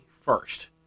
first